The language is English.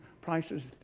prices